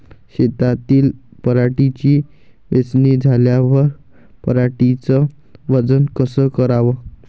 शेतातील पराटीची वेचनी झाल्यावर पराटीचं वजन कस कराव?